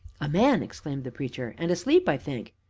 a man! exclaimed the preacher, and asleep, i think.